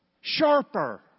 Sharper